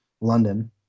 London